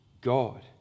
God